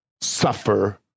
suffer